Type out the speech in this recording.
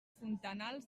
fontanals